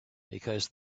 because